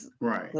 right